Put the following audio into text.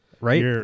right